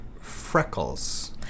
freckles